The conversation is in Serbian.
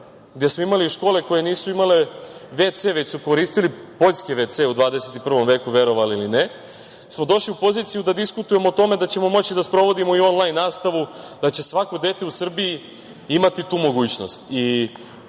gde smo imali škole koje nisu imale VC već su koristili poljski VC u 21. veku verovali ili ne, smo došli u poziciju da diskutujemo o tome da ćemo moći da sprovodimo i onlajn nastavu, da će svako dete u Srbiji imati tu mogućnost.